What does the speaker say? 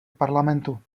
parlamentu